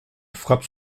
frappe